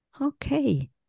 Okay